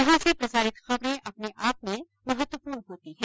यहां से प्रसारित खबरें अपने आप में महत्वपूर्ण होती है